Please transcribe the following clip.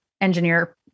engineer